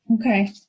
Okay